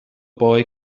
boy